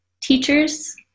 teachers